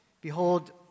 behold